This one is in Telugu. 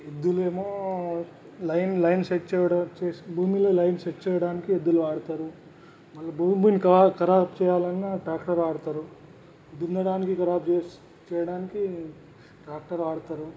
ఎద్దులేమో లైన్ లైన్ సెట్ చేయడ చేసి భూమిలో లైన్ సెట్ చేయడానికి ఎద్దులు వాడతారు మళ్ళా భూములు ఖా ఖరాబు చేయాలన్నా ట్రాక్టర్ వాడతారు దున్నడానికి ఖరాబు చేసి చేయడానికి ట్రాక్టర్ వాడతారు